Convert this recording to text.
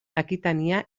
akitania